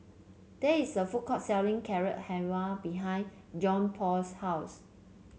there is a food court selling Carrot Halwa behind Johnpaul's house